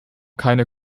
keine